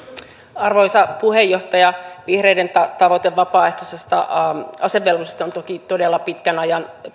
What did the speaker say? arvoisa puheenjohtaja vihreiden tavoite vapaaehtoisesta asevelvollisuudesta on toki todella pitkän ajan